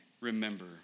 remember